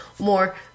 more